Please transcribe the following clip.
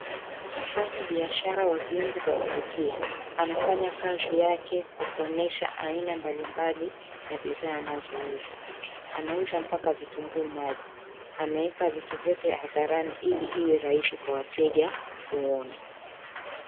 Mfanyibiashara wa viungo vya kupikia anafanya kazi yake kwa kuonyesha aina mbalimbali ya bidhaa anazouza. Anauza mpaka vitunguu maji. Ameweka vitu vyote hadharani ili iwe rahisi kwa wateja kuona.